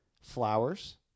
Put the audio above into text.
flowers